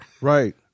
Right